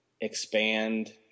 expand